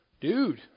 dude